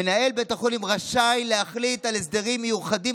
מנהל בית החולים רשאי להחליט על הסדרים מיוחדים